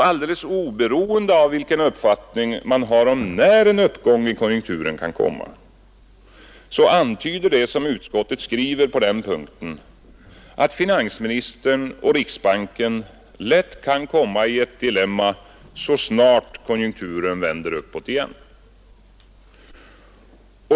Alldeles oberoende av vilken uppfattning man har om när en uppgång i konjunkturen kan komma, antyder det som utskottet skriver på den punkten att finansministern och riksbanken lätt kan råka i ett dilemma så snart konjunkturen vänder uppåt igen.